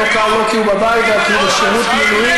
כאן לא כי הוא בבית אלא כי הוא בשירות מילואים.